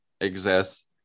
exists